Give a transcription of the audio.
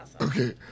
Okay